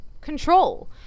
control